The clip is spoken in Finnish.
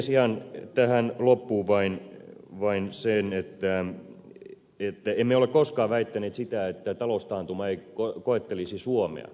ihan tähän loppuun vain se että emme ole koskaan väittäneet sitä että taloustaantuma ei koettelisi suomea